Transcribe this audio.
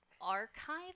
archive